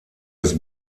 des